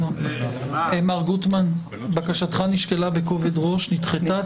מר גודמן, בקשתך נשקלה בכובד ראש, נדחתה.